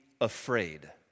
afraid